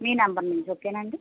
మీ number నుంచి ఓకేనా అండి